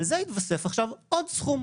על זה יתווסף עכשיו עוד סכום.